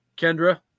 Kendra